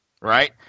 Right